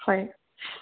হয়